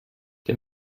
der